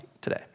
today